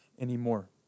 anymore